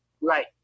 Right